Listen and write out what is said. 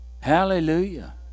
Hallelujah